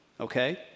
Okay